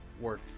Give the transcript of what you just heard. work